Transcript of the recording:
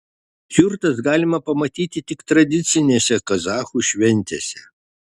jurtas galima pamatyti tik tradicinėse kazachų šventėse